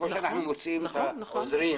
כמו שאנחנו מוציאים מישיבות הוועדות